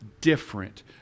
different